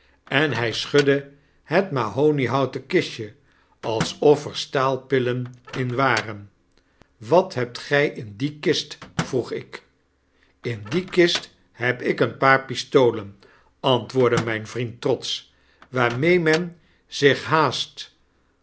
en hij schudde het mahoniehouten kistje alsof er staalpillen in waren fl wat hebt gij in die kist vroeg ik in die kist heb ik een paar pistolen antwoordde mijn vriend trotsch waarmee men zich haast